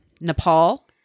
Nepal